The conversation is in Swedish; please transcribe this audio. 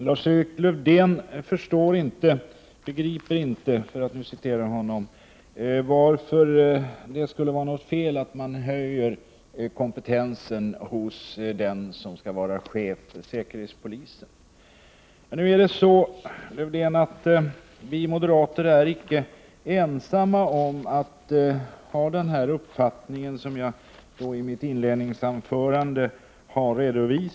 Herr talman! Lars-Erik Lövdén begriper inte — för att använda hans egna ord — varför det skulle vara något fel att höja kompetensen hos den som skall vara chef för säkerhetspolisen. Vi moderater är inte ensamma om att hysa den uppfattning som jag redovisade i mitt inledningsanförande.